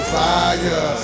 fire